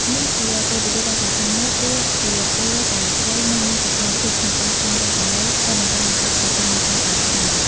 នេះជាពេលវេលាដ៏សំខាន់មួយ ព្រោះជាពេលដែលត្រីនៅមានសកម្មភាពក្នុងការស្វែងរកចំណី ដែលបង្កើនឱកាសក្នុងការនេសាទបានច្រើន។